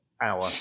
hour